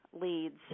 leads